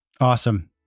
Awesome